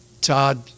Todd